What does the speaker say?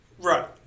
Right